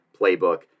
playbook